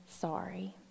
sorry